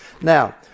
Now